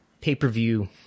pay-per-view